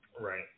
Right